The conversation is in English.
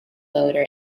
loder